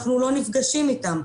אנחנו לא נפגשים איתם,